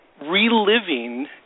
reliving